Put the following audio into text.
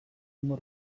ondo